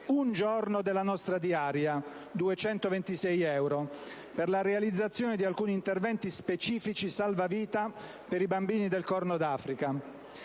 un giorno della nostra diaria (226 euro) per la realizzazione di alcuni interventi specifici salva-vita per i bambini del Corno d'Africa.